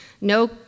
No